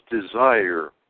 desire